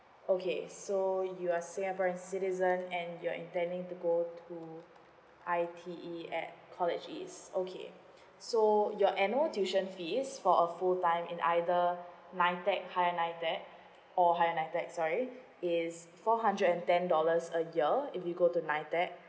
okay so you're singaporean citizen and you're intending to go to I_T_E at college east okay so your annual tuition fees for a full time in either nitec high nitec or high nitec sorry is four hundred and ten dollars a year if you go to nitec